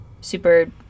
super